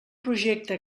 projecte